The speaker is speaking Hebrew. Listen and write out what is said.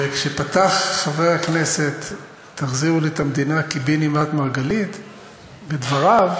וכשפתח חבר הכנסת "תחזירו לי את המדינה קיבינימט" מרגלית בדבריו,